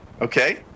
Okay